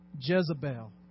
Jezebel